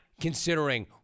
considering